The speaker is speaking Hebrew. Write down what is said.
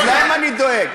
אז להם אני דואג,